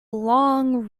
long